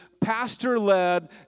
pastor-led